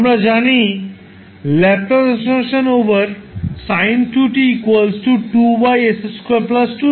আমরা জানি এখন কি করতে হবে